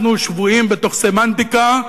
אנחנו שבויים בתוך סמנטיקה,